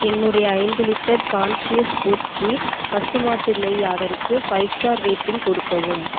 என்னுடைய ஐந்து litre conscious food கீர் பசுமாட்டு நெய் ஆடருக்கு ஃபைவ் ஸ்டார் ரேட்டிங் கொடுக்கவும்